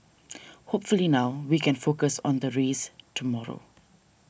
hopefully now we can focus on the race tomorrow